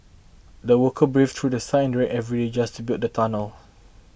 the workers braved through The Sun and rain every day just to build the tunnel